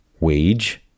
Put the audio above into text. wage